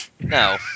No